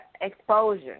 exposure